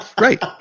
Right